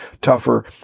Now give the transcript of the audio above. tougher